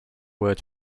word